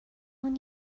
اون